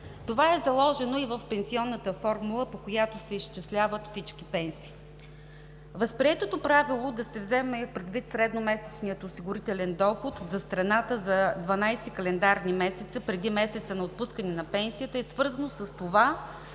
Това е заложено и в пенсионната формула, по която се изчисляват всички пенсии. Възприетото правило да се вземе предвид средномесечният осигурителен доход за страната за 12 календарни месеца, преди месеца на отпускане на пенсията, е свързано с това,